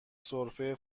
سرفه